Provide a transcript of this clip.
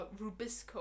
rubisco